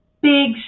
big